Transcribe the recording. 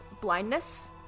blindness